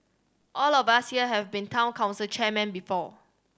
all of us here have been Town Council chairmen before